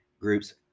groups